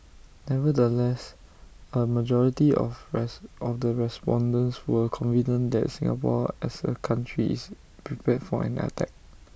nevertheless A majority of of the respondents were confident that Singapore as A country is prepared for an attack